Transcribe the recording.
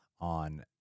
on